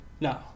No